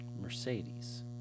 Mercedes